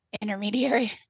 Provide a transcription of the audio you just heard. intermediary